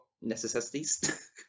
necessities